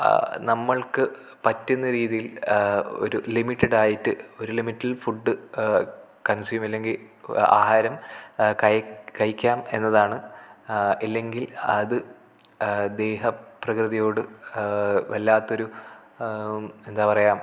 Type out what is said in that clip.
നമ്മൾക്ക് പറ്റുന്ന രീതിയിൽ ഒരു ലിമിറ്റഡായിട്ട് ഒരു ലിമിറ്റിൽ ഫുഡ് കൺസ്യൂം അല്ലെങ്കിൽ ആഹാരം കഴിക്കാം എന്നതാണ് ഇല്ലെങ്കിൽ അത് ദേഹപ്രകൃതിയോട് വല്ലാത്തൊരു എന്താ പറയുക